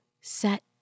set